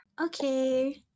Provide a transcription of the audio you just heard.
Okay